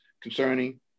concerning